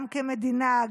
גם כמדינה,